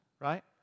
Right